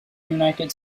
united